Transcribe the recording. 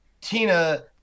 Tina